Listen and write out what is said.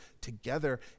together